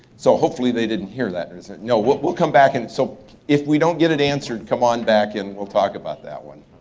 so hopefully they didn't hear that. no, we'll come back in. so if we don't get it answered, come on back in. we'll talk about that one.